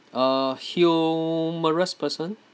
a humorous person